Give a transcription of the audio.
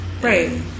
right